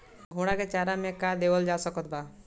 घोड़ा के चारा मे का देवल जा सकत बा?